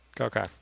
Okay